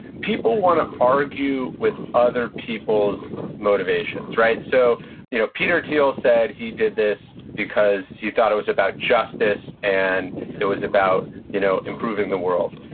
people want to argue with other people's motivations so you know peter thiel said he did this because he thought it was about justice and it was about you know improving the world.